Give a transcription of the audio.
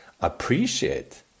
appreciate